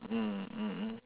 mm mm mm